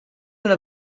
una